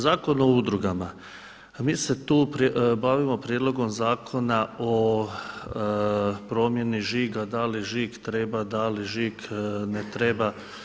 Zakon o udrugama, mi se tu bavimo Prijedlogom zakona o promjeni žiga, da li žig treba, da li žig ne treba.